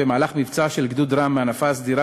במהלך מבצע של גדוד "רם" מהנפה הסדירה